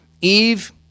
Eve